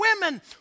women